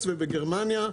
תומכים.